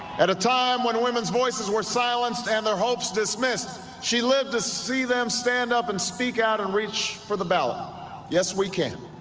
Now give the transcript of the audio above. at a time when women's voices were silenced and their hopes dismissed she lived to see them stand up and speak out and reach for the bailout yes we can